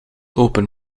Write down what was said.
open